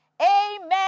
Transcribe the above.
Amen